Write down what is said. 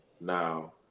Now